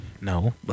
No